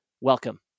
welcome